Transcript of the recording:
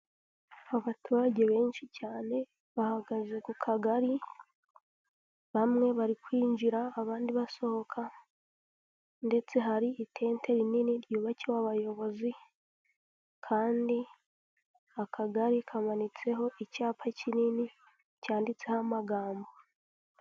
Abaturage benshi cyane bahagaze ku kagari, bamwe bari kwinjira abandi basohoka, ndetse hari itente rinini ryubakiwe abayobozi, kandi akagari kamanitseho icyapa kinini cyanditseho amagambo.